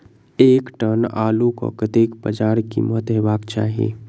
एक टन आलु केँ कतेक बजार कीमत हेबाक चाहि?